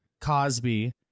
Cosby